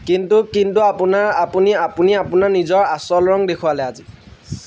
কিন্তু কিন্তু আপোনাৰ আপুনি আপুনি আপোনাৰ নিজৰ আচল ৰং দেখুৱালে আজি